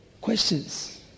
questions